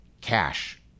cash